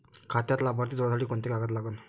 खात्यात लाभार्थी जोडासाठी कोंते कागद लागन?